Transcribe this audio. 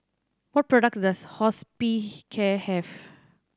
what products does Hospicare have